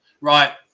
Right